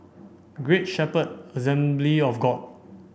Great Shepherd Assembly of God